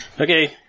Okay